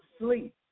sleep